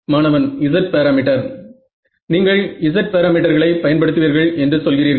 மாணவன் Z parameter நீங்கள் Z பாராமீட்டர்களை பயன்படுத்துவீர்கள் என்று சொல்கிறீர்கள்